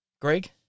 Greg